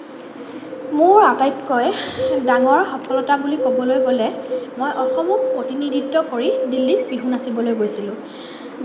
মোৰ আটাইতকৈ ডাঙৰ সফলতা বুলি ক'বলৈ গ'লে মই অসমক প্ৰতিনিধিত্ব কৰি দিল্লীত বিহু নাচিবলৈ গৈছিলোঁ